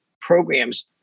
programs